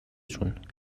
جون